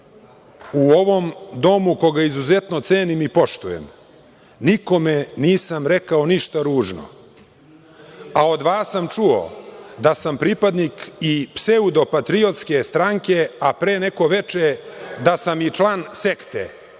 u ovom domu koga izuzetno cenim i poštujem, nikome nisam rekao ništa ružno, a od vas sam čuo da sam pripadnik i pseudo patriotske stranke, a pre neko veče da sam i član